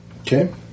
Okay